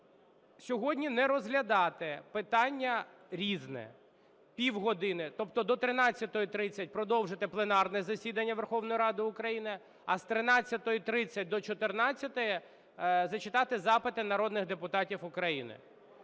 сьогодні не розглядати питання "Різне", півгодини. Тобто до 13:30 продовжити пленарне засідання Верховної Ради України, а з 13:30 до 14-ї зачитати запити народних депутатів України.